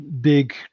big